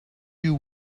you